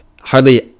hardly